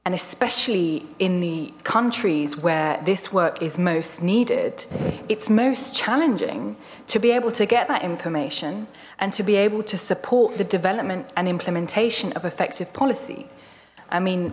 and especially in the countries where this work is most needed its most challenging to be able to get that information and to be able to support the development and implementation of effective policy i mean